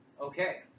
Okay